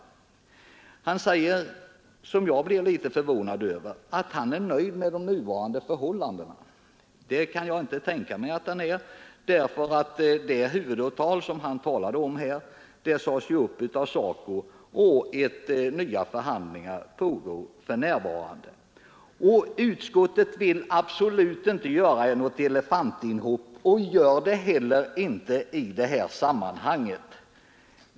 Herr Lidgard sade — och det förvånade mig litet — att han är nöjd med nuvarande förhållande. Det kan jag inte tänka mig att han är, ty det huvudavtal som han här talade om sades ju upp av SACO och förhandlingar om ett nytt avtal pågår för närvarande. Utskottet vill inte göra något ”elefantinhopp” i detta fall och har heller inte gjort det.